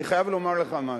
אני חייב לומר לך משהו: